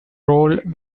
role